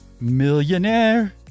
millionaire